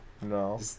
No